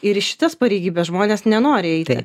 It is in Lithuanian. ir į šitas pareigybes žmonės nenori eiti